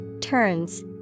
turns